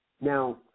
Now